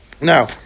Now